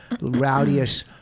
rowdiest